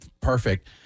Perfect